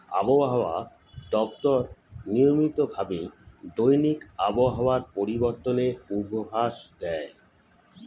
আবহাওয়া দপ্তর নিয়মিত ভাবে দৈনিক আবহাওয়া পরিবর্তনের পূর্বাভাস দেয়